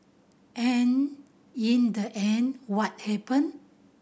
and in the end what happen